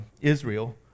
Israel